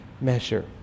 measure